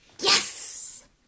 Yes